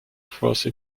force